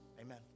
amen